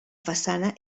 façana